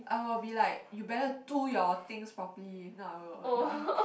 I will be like you better do your things properly or not like ya